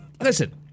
Listen